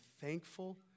thankful